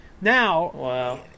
now